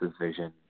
vision